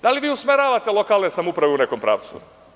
Da li usmeravate lokalne samouprave u nekom pravcu?